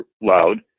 loud